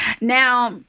Now